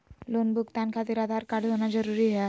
Loan भुगतान खातिर Aadhaar card होना जरूरी है?